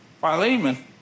Philemon